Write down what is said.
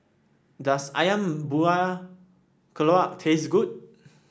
does ayam Buah Keluak taste good